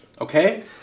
okay